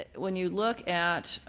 when you look at